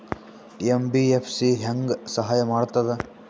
MBFC ಹೆಂಗ್ ಸಹಾಯ ಮಾಡ್ತದ?